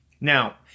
Now